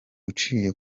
uciye